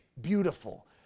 beautiful